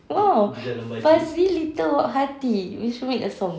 !wow! fuzzy little hearty we should make a song